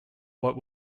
what